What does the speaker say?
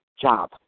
job